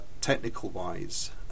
technical-wise